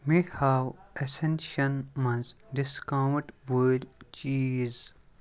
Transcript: مےٚ ہاو اٮ۪سٮ۪نشن منٛز ڈِسکاونٛٹ وٲلۍ چیٖز